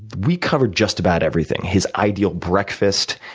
we cover just about everything his ideal breakfast.